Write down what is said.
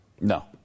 No